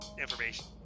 information